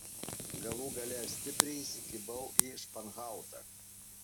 galų gale aš stipriai įsikibau į španhautą